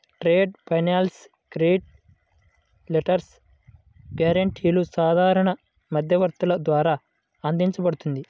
trade finance credit letters, గ్యారెంటీలు సాధారణ మధ్యవర్తుల ద్వారా అందించబడుతుంది